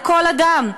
לכל אדם,